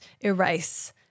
erase